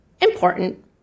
Important